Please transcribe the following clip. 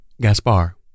Gaspar